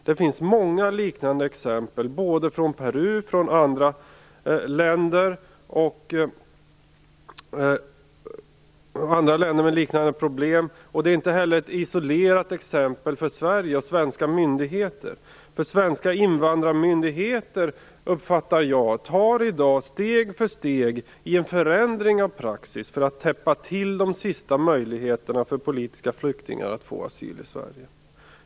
Det finns många liknande exempel, både från Peru och från andra länder med liknande problem. Det är inte heller ett isolerat exempel för Sverige och svenska myndigheter. Jag uppfattar att svenska invandrarmyndigheter i dag steg för steg genomför en förändring av praxis för att täppa till de sista möjligheterna för politiska flyktingar att få asyl i Sverige.